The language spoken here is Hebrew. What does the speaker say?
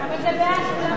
לא משנה.